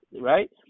Right